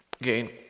Again